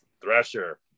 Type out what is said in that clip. Thresher